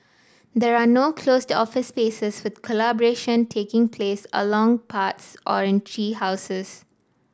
there are no closed office spaces with collaboration taking place along paths or in tree houses